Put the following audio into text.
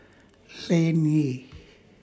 Laneige